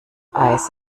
eis